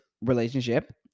relationship